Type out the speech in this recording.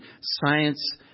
science